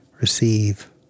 Receive